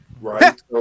Right